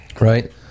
Right